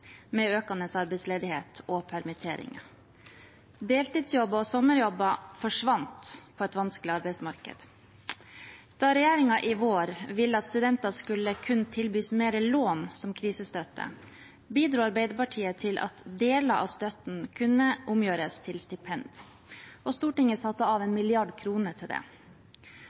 med økende arbeidsledighet og permitteringer. Deltidsjobber og sommerjobber forsvant på et vanskelig arbeidsmarked. Da regjeringen i vår ville at studenter kun skulle tilbys mer lån som krisestøtte, bidro Arbeiderpartiet til at deler av støtten kunne omgjøres til stipend, og Stortinget satte av 1 mrd. kr til det.